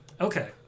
Okay